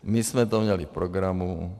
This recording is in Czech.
My jsme to měli v programu.